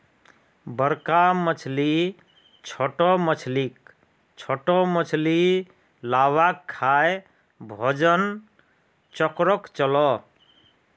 बड़का मछली छोटो मछलीक, छोटो मछली लार्वाक खाएं भोजन चक्रोक चलः